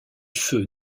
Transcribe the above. feu